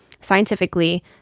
scientifically